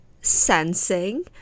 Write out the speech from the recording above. sensing